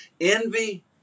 Envy